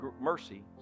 mercy